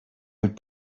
would